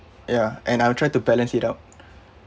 ya and I'll try to balance it out